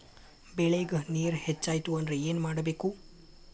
ಬೆಳೇಗ್ ನೇರ ಹೆಚ್ಚಾಯ್ತು ಅಂದ್ರೆ ಏನು ಮಾಡಬೇಕು?